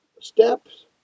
steps